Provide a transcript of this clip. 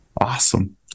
Awesome